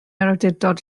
awdurdod